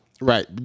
Right